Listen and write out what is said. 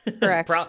Correct